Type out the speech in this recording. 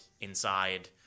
Inside